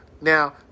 Now